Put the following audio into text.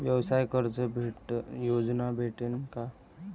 व्यवसाय कर्ज योजना भेटेन का?